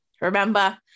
Remember